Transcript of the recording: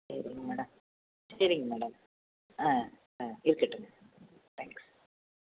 சரிங் மேடம் சரிங் மேடம் ஆ ஆ இருக்கட்டுங்க தேங்க்ஸ்